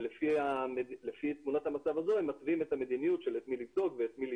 ולפי תמונת המצב הזאת הם מתווים את המדיניות של את מי --- שוב,